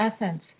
essence